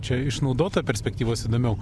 čia iš naudoto perspektyvos įdomiau